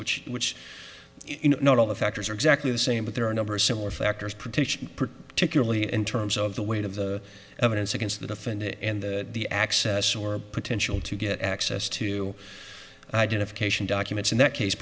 which which you know not all the factors are exactly the same but there are a number of similar factors protection particularly in terms of the weight of the evidence against the defendant and the access or potential to get access to identification documents in that case